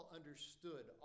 understood